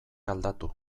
aldatu